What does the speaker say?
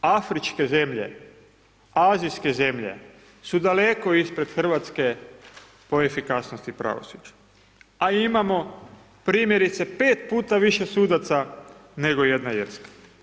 Afričke zemlje, azijske zemlje su daleko ispred Hrvatske po efikasnosti pravosuđa a imamo primjerice 5 puta više sudaca nego jedna Irska.